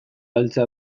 heltzea